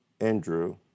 Andrew